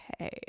Okay